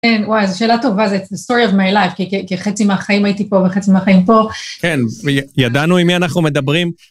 כן, וואי, זו שאלה טובה, זאת סיפור של החיים שלי, כי חצי מהחיים הייתי פה וחצי מהחיים פה. כן, וידענו עם מי אנחנו מדברים?